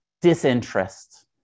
disinterest